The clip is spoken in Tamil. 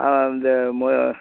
ஆ இந்த